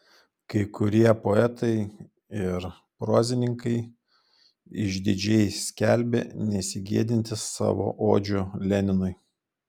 kai kurie poetai ir prozininkai išdidžiai skelbė nesigėdintys savo odžių leninui